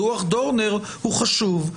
דוח דורנר הוא חשוב,